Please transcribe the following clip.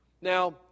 Now